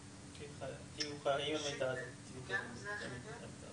את היכולת או את הפתרון